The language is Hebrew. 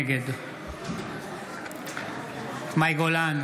נגד מאי גולן,